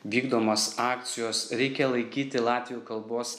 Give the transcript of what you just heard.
vykdomos akcijos reikia laikyti latvių kalbos